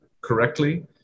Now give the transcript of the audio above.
correctly